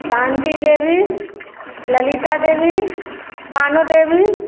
Shanti Devi Lalita Devi Pano Devi